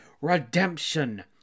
redemption